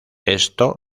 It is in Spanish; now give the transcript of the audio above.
esto